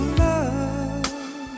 love